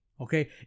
Okay